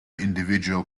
individual